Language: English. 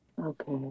Okay